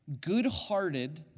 good-hearted